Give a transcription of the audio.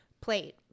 plate